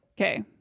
Okay